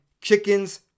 chickens